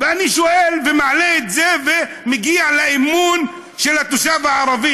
ואני שואל ומעלה את זה ומגיע לאמון של התושב הערבי,